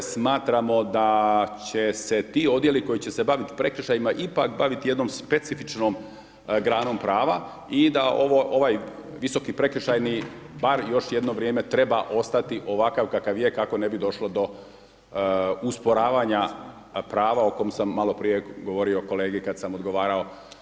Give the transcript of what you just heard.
Smatramo da će se ti odjeli koji će se baviti prekršajima ipak baviti jednom specifičnom granom prava i da ovaj visoki prekršajni bar još jedno vrijeme treba ostati ovakav kakav je kako ne bi došlo do usporavanja prava o kojem sam sam maloprije govorio kolegi kad sam odgovarao.